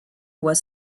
was